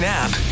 app